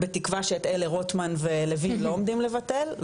בתקווה שאת אלה רוטמן ולווין לא עומדים לבטל,